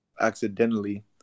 accidentally